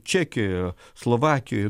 čekijoje slovakijoj